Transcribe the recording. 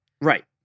Right